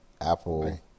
apple